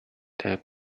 that